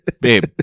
Babe